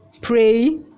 pray